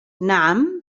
نعم